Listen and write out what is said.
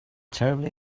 terribly